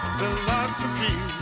philosophy